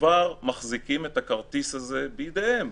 כבר מחזיקים את הכרטיס הזה בידיהם.